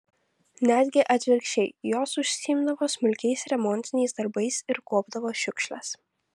netgi atvirkščiai jos užsiimdavo smulkiais remontiniais darbais ir kuopdavo šiukšles